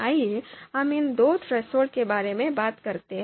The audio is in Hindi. आइए हम इन दो थ्रेसहोल्ड के बारे में बात करते हैं